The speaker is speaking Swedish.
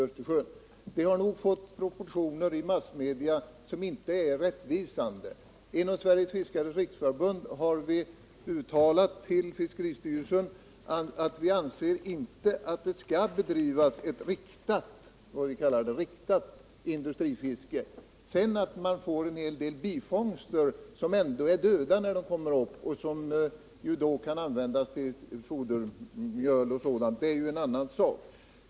Frågan har av massmedia fått proportioner som inte är rättvisande. Vi har från Sveriges fiskares riksförbund avgivit ett uttalande till fiskeristyrelsen där vi anför att vi inte anser att det skall bedrivas ett. som vi benämner det, riktat industrifiske. Att man sedan får en del bifångster som utgörs av död fisk och som då kan användas till fodermjöl och sådant. det är en annan sak.